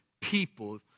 people